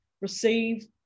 receive